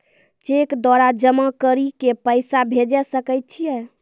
Cheque द्वारा जमा करि के पैसा भेजै सकय छियै?